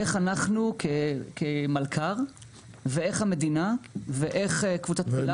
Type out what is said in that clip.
איך אנחנו כמלכ"ר ואיך המדינה ואיך קבוצת פילת,